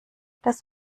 das